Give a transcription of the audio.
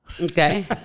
Okay